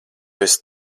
esi